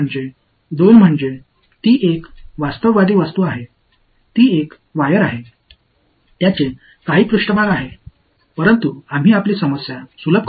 இங்கு இரண்டு யதார்த்தமான பொருள் உள்ளது அது ஒரு கம்பி அதற்கு சிறிது பரப்பளவு உள்ளது ஆனால் நம் பிரச்சினையை எளிமைப்படுத்தலாம்